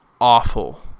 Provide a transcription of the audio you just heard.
awful